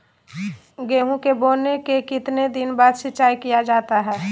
गेंहू के बोने के कितने दिन बाद सिंचाई किया जाता है?